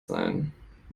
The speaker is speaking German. sein